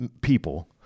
people